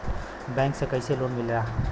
Bank से कइसे loan मिलेला?